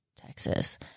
Texas